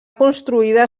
construïda